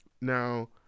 Now